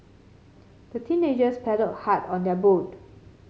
the teenagers paddled hard on their boat